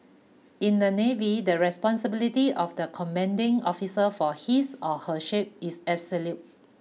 in the navy the responsibility of the commanding officer for his or her ship is absolute